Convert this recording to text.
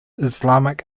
islamic